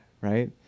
right